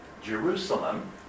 Jerusalem